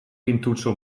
intoetsen